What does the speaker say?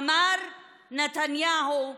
אמר נתניהו: